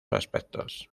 aspectos